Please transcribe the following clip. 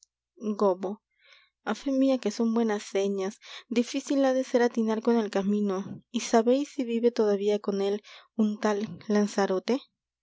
á fe mia que son buenas señas difícil ha de ser atinar con el camino y sabeis si vive todavía con él un tal lanzarote